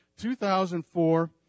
2004